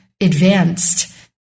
advanced